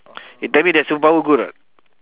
you tell me the superpower good or not